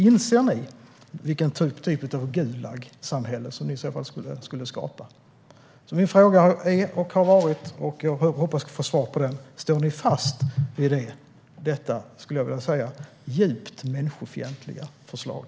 Inser ni vilken typ av Gulagsamhälle som ni i så fall skulle skapa? Min fråga är och har varit, och jag hoppas få svar på den: Står ni fast vid detta djupt människofientliga förslag?